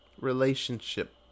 relationship